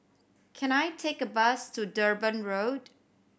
can I take a bus to Durban Road